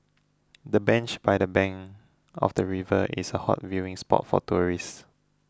the bench by the bank of the river is a hot viewing spot for tourists